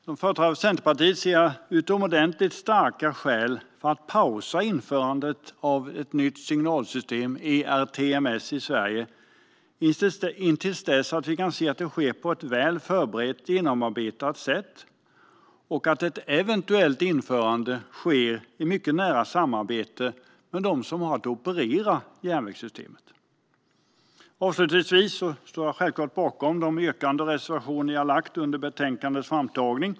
Som företrädare för Centerpartiet ser jag utomordentligt starka skäl att pausa införandet av ett nytt signalsystem, ERTMS, i Sverige till dess att vi kan se att det sker på ett väl förberett och genomarbetat sätt. Och ett eventuellt införande ska ske i mycket nära samarbete med operatörerna i järnvägssystemet. Avslutningsvis står jag självklart bakom de yrkanden och reservationer jag har lagt fram under betänkandets framtagning.